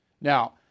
Now